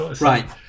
right